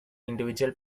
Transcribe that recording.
individual